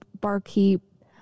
barkeep